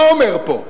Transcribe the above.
מה הוא אומר פה?